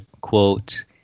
quote